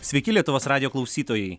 sveiki lietuvos radijo klausytojai